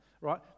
right